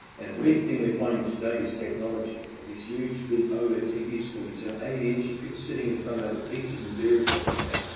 and, the big thing we're finding today is technology, all these huge, big, older tv screens. you know, eighty inches. people sitting in front of that with pizzas and beer and stuff like that,